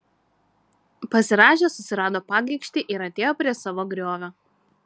pasirąžęs susirado pagaikštį ir atėjo prie savo griovio